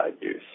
use